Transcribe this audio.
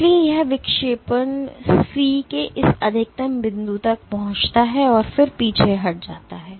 इसलिए यह विक्षेपण C के इस अधिकतम बिंदु तक पहुँचता है और फिर पीछे हट जाता है